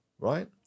right